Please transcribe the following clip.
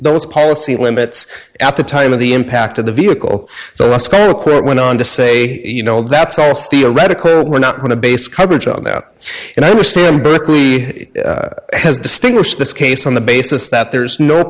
those policy limits at the time of the impact of the vehicle the law school court went on to say you know that's all theoretical we're not going to base coverage on that and i understand berkeley has distinguished this case on the basis that there is no